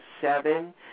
seven